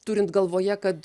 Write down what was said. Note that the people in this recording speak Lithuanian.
turint galvoje kad